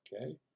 Okay